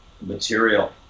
Material